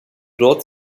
dort